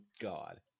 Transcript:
God